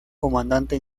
comandante